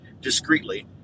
discreetly